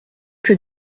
que